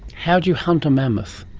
how do you hunt a mammoth?